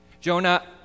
Jonah